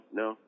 no